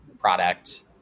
product